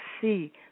see